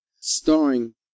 Starring